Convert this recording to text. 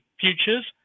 futures